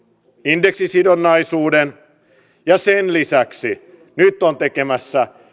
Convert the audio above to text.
indeksisidonnaisuuden ja sen lisäksi nyt on tekemässä